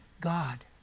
God